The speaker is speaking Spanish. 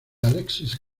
alexis